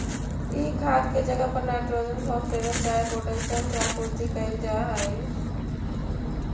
ई खाद के जगह पर नाइट्रोजन, फॉस्फोरस चाहे पोटाशियम के आपूर्ति कयल जा हई